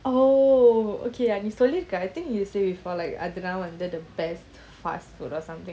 oh okay like நீசொல்லிருக்க:nee sollirukka I think they say before like அதுதான்வந்து:adhuthaan vandhu the best fast food or something like that right